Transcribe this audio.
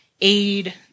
aid